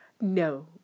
No